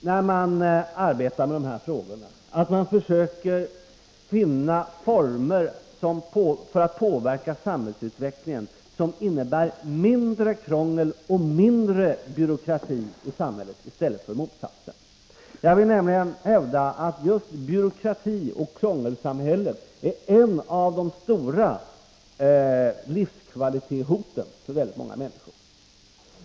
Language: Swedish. När man arbetar med dessa frågor är det mycket viktigt att försöka finna former för att påverka samhällsutvecklingen i en riktning som innebär mindre krångel och mindre byråkrati i stället för motsatsen. Jag hävdar nämligen att just byråkratioch krångelsamhället är ett av de stora livskvalitetshoten för många människor.